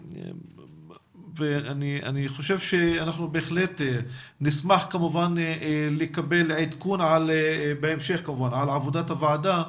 אני חושב שאנחנו בהחלט נשמח לקבל עדכון בהמשך על עבודת הוועדה,